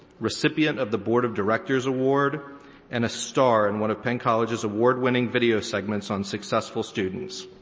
recipient of the board of directors award and a star in one of penn college's award-winning video segments on successful students.